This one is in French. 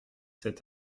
cet